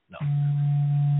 no